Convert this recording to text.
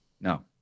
No